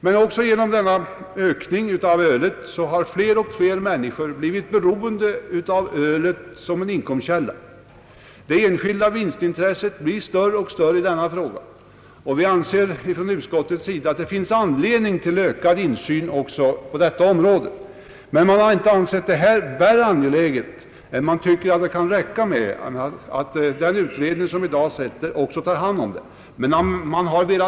Men den ökade ölförsäljningen har också gjort att fler och fler människor blivit beroende av den som en inkomstkälla; det enskilda vinstintresset blir större och större i detta sammanhang. Därför anser vi från utskottets sida att det finns anledning till ökad insyn också på detta område. I alla fall har frågan inte befunnits mer brådskande än att man tycker att det kan räcka med att den sittande utredningen också tar upp detta spörsmål.